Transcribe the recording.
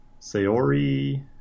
Sayori